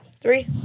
Three